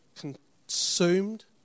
consumed